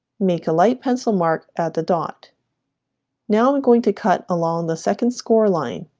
make a light pencil mark at the dot now i'm going to cut along the second score line